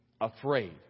afraid